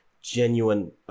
genuine